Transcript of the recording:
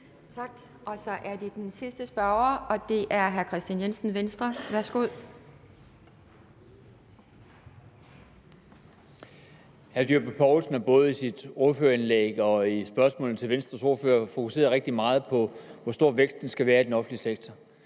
Tak. Så er det den sidste spørger, og det er hr. Kristian Jensen, Venstre. Værsgo. Kl. 10:53 Kristian Jensen (V): Hr. Dyrby Paulsen er både i sit ordførerindlæg og i sine spørgsmål til Venstres ordfører fokuseret rigtig meget på, hvor stor væksten i den offentlige sektor